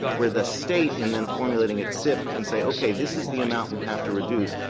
where the state in then formulating its sip can say, okay, this is the amount we have to reduce,